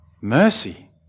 mercy